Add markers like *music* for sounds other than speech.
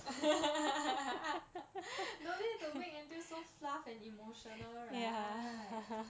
*laughs* no need to make until so fluff and emotional right